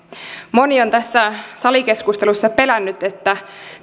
moni on tässä salikeskustelussa pelännyt että